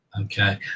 Okay